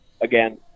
again